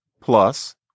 plus